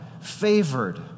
favored